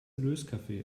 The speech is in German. löskaffee